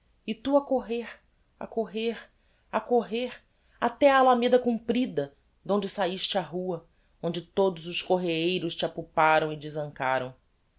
e tu a correr a correr a correr até a alameda comprida donde sahiste á rua onde todos os correeiros te apuparam e desancaram